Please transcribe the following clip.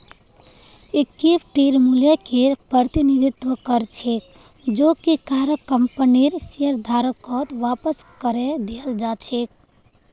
इक्विटीर मूल्यकेर प्रतिनिधित्व कर छेक जो कि काहरो कंपनीर शेयरधारकत वापस करे दियाल् जा छेक